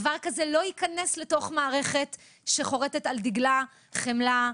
דבר כזה לא ייכנס לתוך מערכת שחורתת על דגלה חמלה,